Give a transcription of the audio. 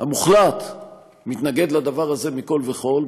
המוחלט מתנגד לדבר הזה מכול וכול,